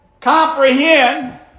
comprehend